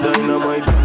Dynamite